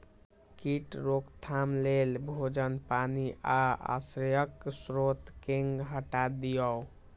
कीट रोकथाम लेल भोजन, पानि आ आश्रयक स्रोत कें हटा दियौ